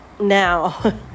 now